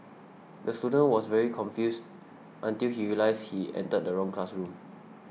the student was very confused until he realised he entered the wrong classroom